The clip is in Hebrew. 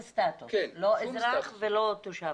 לא מופיע שום סטטוס, לא אזרח ולא תושב.